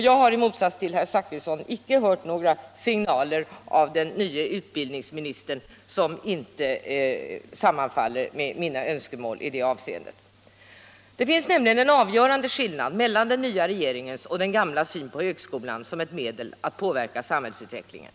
Jag har i motsats till herr Zachrisson inte hört några signaler från den nye utbildningsministern, som inte sammanfaller med mina önskemål i detta avscende. Det finns nämligen en avgörande skillnad mellan den nva regeringens och den gamlas syn på högskolan som medel att påverka samhällsutvecklingen.